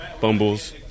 fumbles